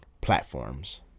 platforms